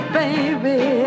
baby